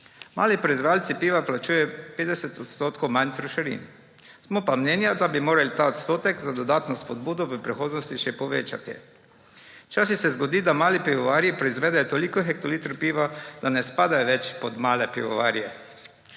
Mali proizvajalci piva plačujejo 50 % manj trošarin, smo pa mnenja, da bi morali ta odstotek za dodatno spodbudo v prihodnosti še povečati. Včasih se zgodi, da mali pivovarji proizvedejo toliko hektolitrov piva, da ne spadajo več pod male pivovarje.